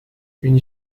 une